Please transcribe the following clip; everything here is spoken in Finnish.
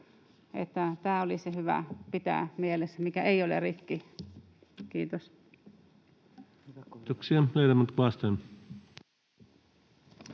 Tämä olisi hyvä pitää mielessä. — Kiitos. Kiitoksia.